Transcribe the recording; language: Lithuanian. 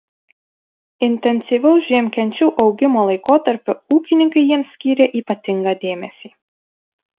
intensyvaus žiemkenčių augimo laikotarpiu ūkininkai jiems skyrė ypatingą dėmesį